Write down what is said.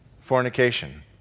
fornication